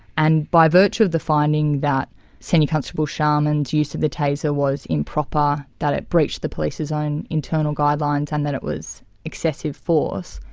and by virtue of the finding that senior constable charman's use of the taser was improper, that it breached the police's own internal guidelines and that it was excessive force,